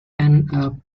and